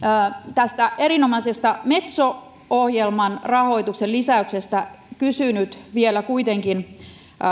tästä erinomaisesta metso ohjelman rahoituksen lisäyksestä kysynyt vielä kuitenkin on